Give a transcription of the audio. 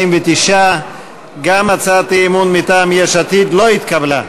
49. גם הצעת האי-אמון מטעם יש עתיד לא התקבלה.